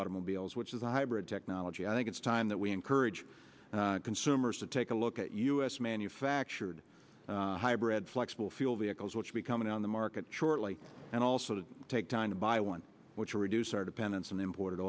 automobiles which is a hybrid technology i think it's time that we encourage consumers to take a look at us manufactured hybrid flexible fuel vehicles which be coming on the market shortly and also to take time to buy one which will reduce our dependence on imported